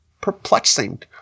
perplexing